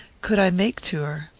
could i make to her?